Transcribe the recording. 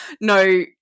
no